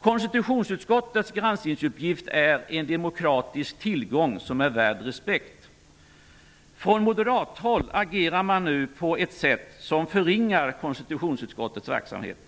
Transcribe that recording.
Konstitutionsutskottets granskningsuppgift är en demokratisk tillgång som är värd respekt. Från moderathåll agerar man nu på ett sätt som förringar konstitutionsutskottets verksamhet.